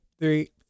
three